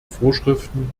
vorschriften